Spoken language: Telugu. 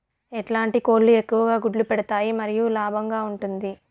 ఎట్లాంటి కోళ్ళు ఎక్కువగా గుడ్లు పెడతాయి మరియు లాభంగా ఉంటుంది?